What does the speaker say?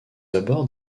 abords